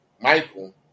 Michael